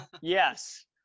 yes